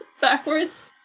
backwards